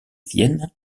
vienne